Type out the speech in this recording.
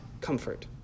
comfort